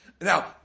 Now